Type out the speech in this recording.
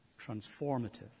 transformative